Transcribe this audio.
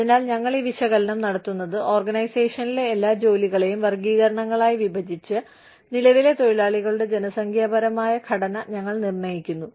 അതിനാൽ ഞങ്ങൾ ഈ വിശകലനം നടത്തുന്നത് ഓർഗനൈസേഷനിലെ എല്ലാ ജോലികളെയും വർഗ്ഗീകരണങ്ങളായി വിഭജിച്ച് നിലവിലെ തൊഴിലാളികളുടെ ജനസംഖ്യാപരമായ ഘടന ഞങ്ങൾ നിർണ്ണയിക്കുന്നു